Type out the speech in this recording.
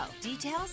Details